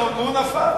והוא נפל.